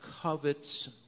covets